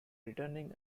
returning